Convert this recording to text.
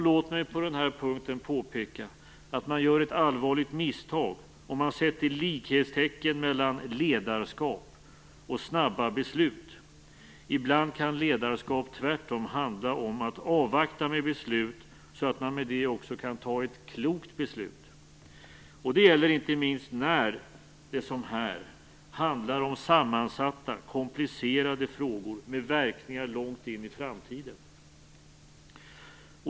Låt mig på den här punkten påpeka att man gör ett allvarligt misstag om man sätter likhetstecken mellan ledarskap och snabba beslut. Ibland kan ledarskap tvärtom handla om att avvakta med beslut så att man genom det också kan fatta ett klokt beslut. Det gäller inte minst när det som här handlar om sammansatta komplicerade frågor med verkningar långt in i framtiden.